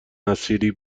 نصیری